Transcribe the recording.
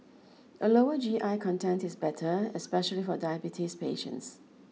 a lower G I content is better especially for diabetes patients